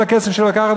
כל הכסף שהיא לוקחת,